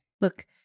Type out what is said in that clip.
Look